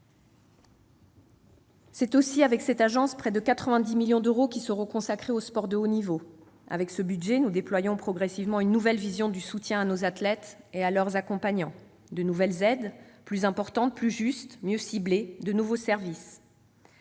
d'euros. Ce sont aussi près de 90 millions d'euros qui seront consacrés au sport de haut niveau. Avec ce budget, nous déployons progressivement une nouvelle vision du soutien à nos athlètes et à leurs accompagnants ; de nouvelles aides plus importantes, plus justes, mieux ciblées ; de nouveaux services-